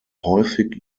häufig